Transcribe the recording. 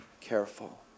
careful